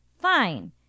fine